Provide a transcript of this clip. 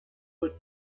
put